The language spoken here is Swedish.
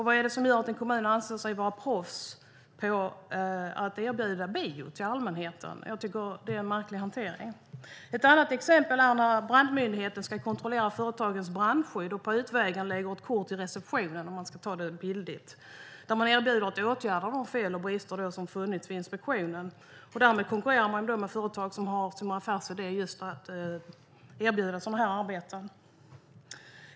Vad är det som gör att en kommun anser sig vara proffs på att erbjuda bio till allmänheten? Det är en märklig hantering. Ett annat exempel är när brandmyndigheten ska kontrollera ett företags brandskydd och på utvägen lägger ett kort i receptionen, för att ta det bildligt, där man erbjuder sig att åtgärda de fel och brister som man har funnit vid inspektionen. Därmed konkurrerar man med företag vars affärsidé är just att erbjuda sådana arbeten.